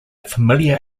familiar